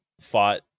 fought